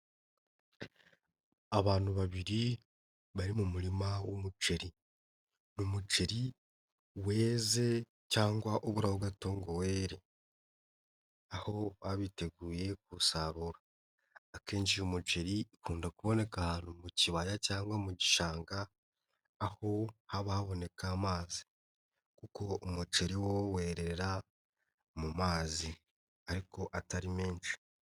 Abantu babiri bari mu murima w'umuceri, n'umuceri weze cyangwa uburaho gato ngo were, aho baba biteguyewu gusarura, akenshi uyu umuceri ukunda kuboneka ahantutu mu kibaya cyangwa mu gishanga, aho haba haboneka amazi kuko umuceri wo wera mu mazi ariko atari menshi.